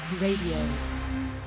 Radio